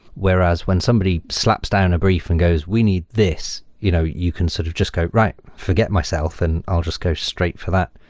whereas when somebody slaps down a brief and goes, we need this. you know you can sort of just go, right. forget myself, and i'll just go straight for that.